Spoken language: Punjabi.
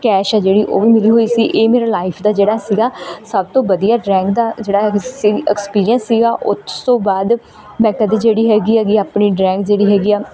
ਕੈਸ਼ ਹੈ ਜਿਹੜੀ ਓਹ ਵੀ ਮਿਲੀ ਹੋਈ ਸੀ ਇਹ ਮੇਰਾ ਲਾਇਫ ਦਾ ਜਿਹੜਾ ਸੀਗਾ ਸਭ ਤੋਂ ਵਧੀਆ ਡਰਾਇੰਗ ਦਾ ਜਿਹੜਾ ਹੈਗਾ ਸੀਗਾ ਐਕਸਪੀਰੀਐਂਸ ਸੀਗਾ ਉਸ ਤੋਂ ਬਾਅਦ ਮੈਂ ਕਦੀ ਜਿਹੜੀ ਹੈਗੀ ਹੈਗੀ ਆਪਣੀ ਡਰਾਇੰਗ ਜਿਹੜੀ ਹੈਗੀ ਹੈ